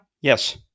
Yes